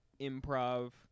improv